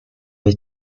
his